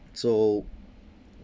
so